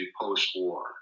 post-war